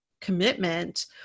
commitment